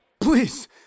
Please